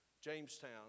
Jamestown